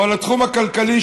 או לתחום הכלכלי,